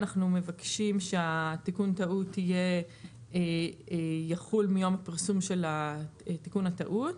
אנחנו מבקשים שתיקון הטעות יחול מיום הפרסום של תיקון הטעות.